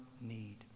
need